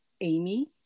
Amy